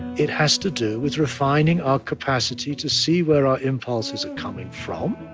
it has to do with refining our capacity to see where our impulses are coming from,